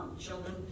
children